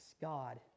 God